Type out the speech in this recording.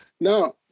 Now